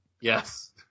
Yes